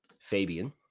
Fabian